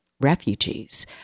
refugees